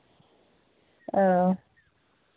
ᱚ